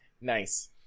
Nice